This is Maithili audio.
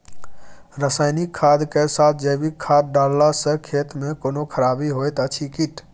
रसायनिक खाद के साथ जैविक खाद डालला सॅ खेत मे कोनो खराबी होयत अछि कीट?